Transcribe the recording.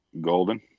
golden